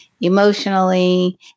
emotionally